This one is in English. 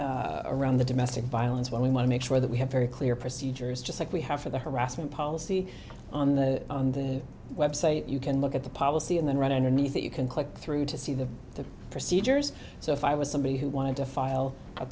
example around the domestic violence when we want to make sure that we have very clear procedures just like we have for the harassment policy on the website you can look at the policy and then right underneath you can click through to see the procedures so if i was somebody who wanted to file a